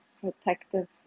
protective